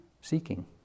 seeking